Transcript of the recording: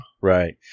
Right